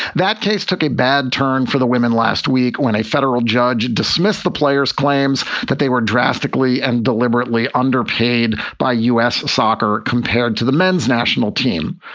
that case took a bad turn for the women last week when a federal judge dismissed the player's claims that they were drastically and deliberately underpaid by u s. soccer compared to the men's national team.